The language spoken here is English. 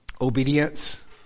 obedience